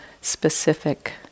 specific